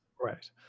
Right